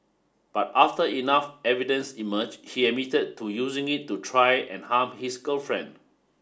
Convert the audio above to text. but after enough evidence emerged he admitted to using it to try and harm his girlfriend